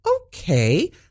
okay